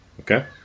okay